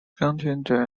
contained